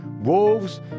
wolves